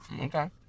Okay